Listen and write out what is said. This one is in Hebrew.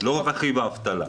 לא רכיב האבטלה.